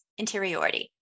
interiority